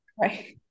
Right